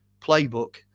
playbook